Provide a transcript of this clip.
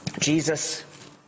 Jesus